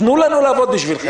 תנו לנו לעבוד בשבילכם,